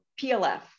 plf